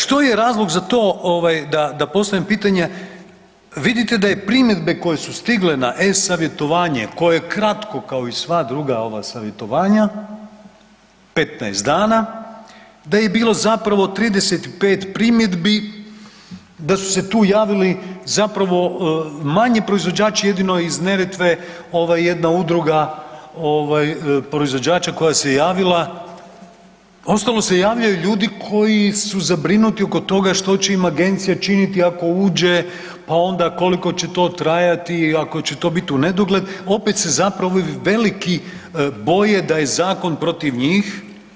Što je razlog za to da postavim pitanje, vidite da primjedbe koje su stile na e-savjetovanje koje je kratko kao i sva druga ova savjetovanja 15 dana, da je bilo zapravo 35 primjedbi, da su se tu javili manji proizvođači jedino iz Neretve jedna udruga proizvođača koja se javila, a ostalo se javljaju ljudi koji su zabrinuti oko toga što će im agencija činiti ako uđe pa onda koliko će to trajati i ako će to biti unedogled opet se zapravo veliki boje da je zakon protiv njih.